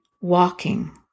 walking